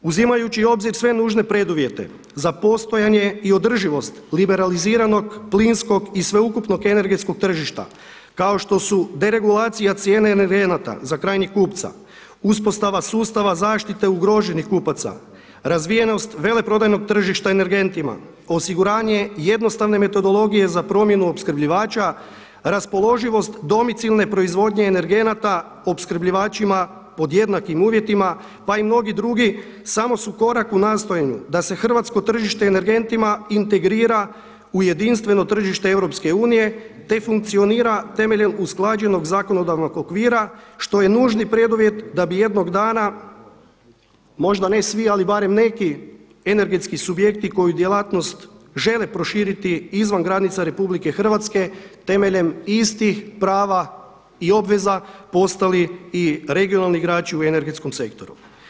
Uzimajući u obzir sve nužne preduvjete za postojanje i održivost liberaliziranog plinskog i sveukupnog energetskog tržišta kao što su deregulacija cijene energenata za krajnjeg kupca uspostava sustava zaštite ugroženih kupaca, razvijenost veleprodajnog tržišta energentima, osiguranje jednostavne metodologije za promjenu opskrbljivača, raspoloživost domicilne proizvodnje energenata opskrbljivačima pod jednakim uvjetima pa i mnogi drugi samo su korak u nastojanju da se hrvatsko tržište energentima integrira u jedinstveno tržište EU, te funkcionira temeljem usklađenog zakonodavnog okvira što je nužni preduvjet da bi jednog dana, možda ne svi ali barem neki energetski subjekti koji djelatnost žele proširiti izvan granica RH temeljem istih prava i obveza postali i regionalni igrači u energetskom sektoru.